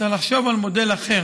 צריך לחשוב על מודל אחר.